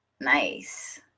Nice